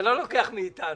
אתה לא לוקח מאיתנו.